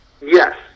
Yes